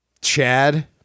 Chad